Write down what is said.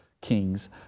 kings